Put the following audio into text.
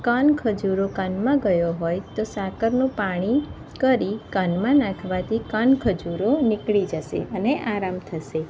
કાનખજૂરો કાનમાં ગયો હોય તો સાકરનું પાણી કરી કાનમાં નાખવાથી કાન ખજૂરો નીકળી જશે અને આરામ થશે